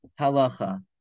Halacha